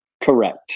Correct